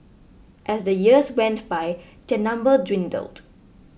as the years went by their number dwindled